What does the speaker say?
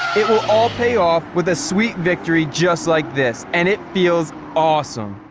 it will all pay off with a sweet victory just like this and it feels awesome.